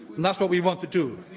and that's what we want to do.